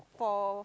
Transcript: for